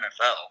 NFL